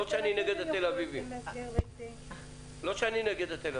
לא יש לי משהו נגד.